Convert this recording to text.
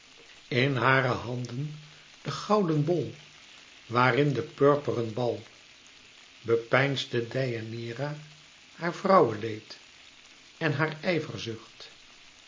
in hare handen de gouden bol waarin de purperen bal bepeinsde deianeira haar vrouweleed en haar